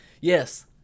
Yes